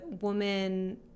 woman